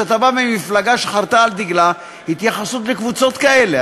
שאתה בא ממפלגה שחרתה על דגלה התייחסות לקבוצות כאלה,